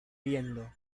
viendo